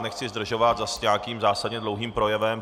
Nechci zdržovat zas nějakým zásadně dlouhým projevem.